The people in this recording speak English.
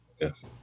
Yes